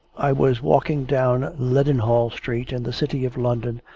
i was walking down leadenhall street in the city of london,